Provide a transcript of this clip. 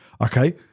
Okay